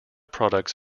products